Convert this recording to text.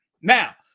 Now